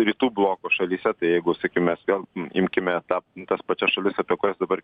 rytų bloko šalyse tai jeigu sakykim mes vėl imkime tą tas pačias šalis apie kurias dabar